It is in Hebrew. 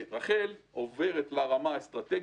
רח"ל עוברת לרמה האסטרטגית,